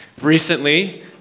recently